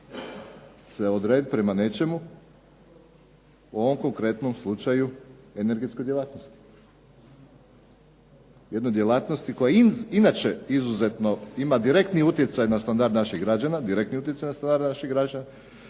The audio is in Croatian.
se odrediti prema nečemu u ovom konkretnom slučaju energetskoj djelatnosti. Jednoj djelatnosti koja i inače izuzetno ima direktni utjecaj na standard naših građana, direktni utjecaj na standard naših građana,